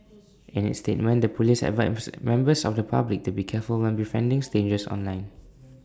in its statement the Police advised members of the public to be careful when befriending strangers online